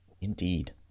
Indeed